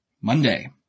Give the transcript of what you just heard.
Monday